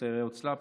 סיירי הוצל"פ,